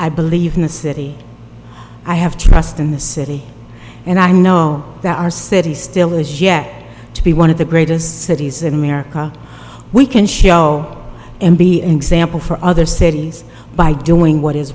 i believe in the city i have trust in the city and i know that our city still is yet to be one of the greatest cities in america we can show and be an example for other cities by doing what is